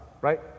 right